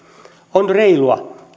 on reilua